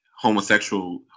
homosexual